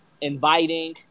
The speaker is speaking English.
inviting